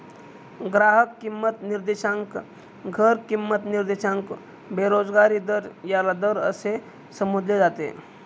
ग्राहक किंमत निर्देशांक, घर किंमत निर्देशांक, बेरोजगारी दर याला दर असे संबोधले जाते